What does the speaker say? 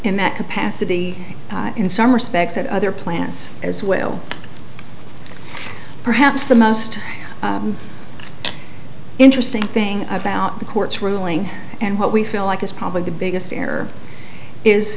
in that capacity in some respects at other plants as well perhaps the most interesting thing about the court's ruling and what we feel like is probably the biggest